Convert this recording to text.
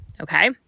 okay